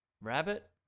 Rabbit